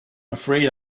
afraid